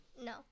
No